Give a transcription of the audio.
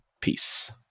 Peace